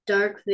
Dark